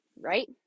right